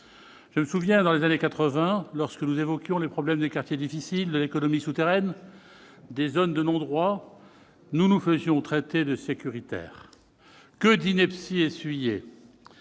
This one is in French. Je me souviens que, dans les années quatre-vingt, lorsque nous évoquions les problèmes des quartiers difficiles, de l'économie souterraine, des zones de non-droit, nous nous faisions traiter de « sécuritaires ». Que d'inepties essuyées !